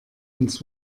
ins